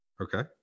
Okay